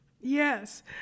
Yes